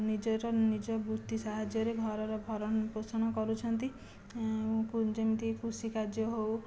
ନିଜର ନିଜ ବୃତ୍ତି ସାହାଯ୍ୟରେ ଘରର ଭରଣ ପୋଷଣ କରୁଛନ୍ତି ଯେମିତି କୃଷି କାର୍ଯ୍ୟ ହେଉ